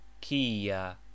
Kia